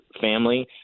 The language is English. family